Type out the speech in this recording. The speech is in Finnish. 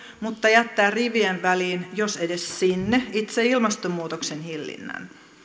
mutta jättää rivien väliin jos edes sinne itse ilmastonmuutoksen hillinnän